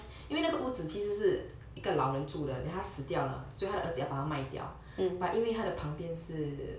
因为那个屋子其实是一个老人住的 then 他死掉了所以他的儿子要帮他卖掉 but 因为它的旁边是